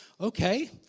Okay